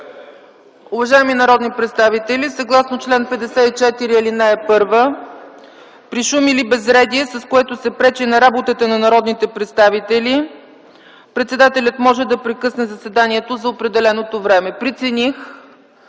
Уважаеми народни представители, съгласно чл. 54, ал. 1, при шум или безредие, с което се пречи на работата на народните представители, председателят може да прекъсне заседанието за определено време. Прецених,